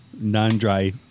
Non-dry